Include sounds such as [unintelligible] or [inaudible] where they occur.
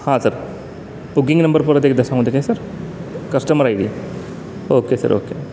हां sir booking number परत एकदा [unintelligible] काय sir customer I D okay sir okay